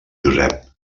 josep